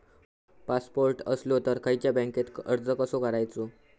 Passport असलो तर खयच्या बँकेत अर्ज कसो करायचो?